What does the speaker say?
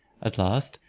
at last,